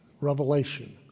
Revelation